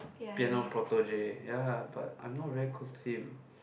piano prodigy ya but I 'm not very close to him